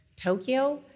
Tokyo